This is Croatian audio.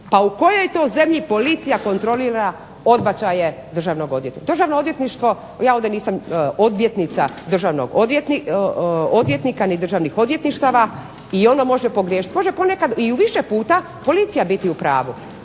Pa u kojoj to zemlji policija kontrolira odbačaje državnog odvjetništva? Državno odvjetništvo, ja ovdje nisam odvjetnica Državnog odvjetništva i ona može pogriješiti, možda ponekada i u više puta policija biti u pravu.